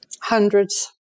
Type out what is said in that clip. Hundreds